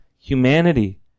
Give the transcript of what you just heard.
humanity